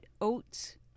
oats